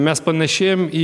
mes panašėjam į